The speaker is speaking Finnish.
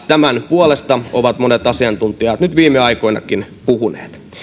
tämän puolesta ovat monet asiantuntijat nyt viime aikoinakin puhuneet